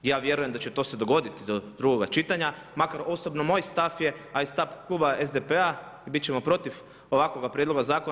Ja vjerujem da će to se dogoditi do drugoga čitanja makar osobno moj stav je, a i stav kluba SDP-a i bit ćemo protiv ovakvoga prijedloga zakona.